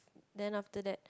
then after that